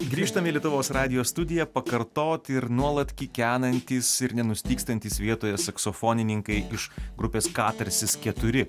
grįžtam į lietuvos radijo studiją pakartoti ir nuolat kikenantys ir nenustygstantys vietoje saksofonininkai iš grupės katarsis keturi